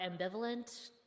ambivalent